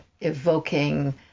evoking